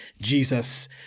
Jesus